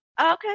Okay